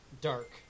Dark